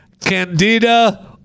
Candida